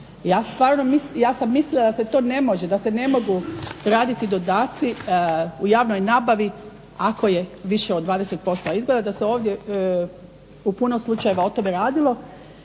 Ja sam mislila da se to ne može, da se ne mogu raditi dodaci u javnoj nabavi ako je više od 20%, a izgleda da se ovdje u puno slučajeva o tome radilo.